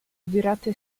virate